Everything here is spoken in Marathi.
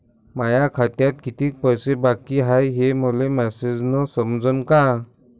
माया खात्यात कितीक पैसे बाकी हाय हे मले मॅसेजन समजनं का?